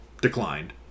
declined